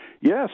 Yes